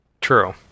True